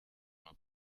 nur